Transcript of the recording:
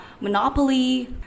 monopoly